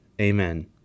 Amen